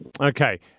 Okay